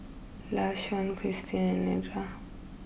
Lashawn Chrissie and Nedra